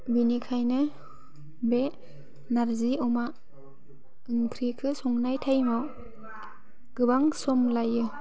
बेनिखायनो बे नारजि अमा ओंख्रिखौ संनाय टाइमाव गोबां सम लायो